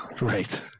Right